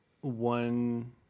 one